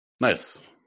Nice